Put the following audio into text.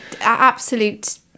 absolute